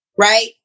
Right